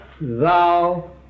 thou